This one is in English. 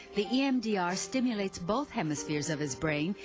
the emdr stimulates both hemispheres of his brain,